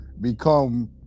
become